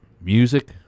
music